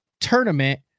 tournament